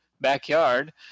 backyard